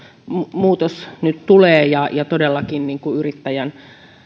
muutos nyt tulee ja ja yrittäjän